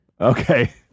Okay